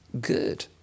good